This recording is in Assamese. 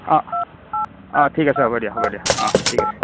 অ অ ঠিক আছে হ'ব দিয়া হ'ব দিয়া অ ঠিক আছে